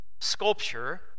sculpture